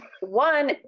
one